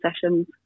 sessions